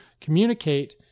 communicate